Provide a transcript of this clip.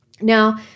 Now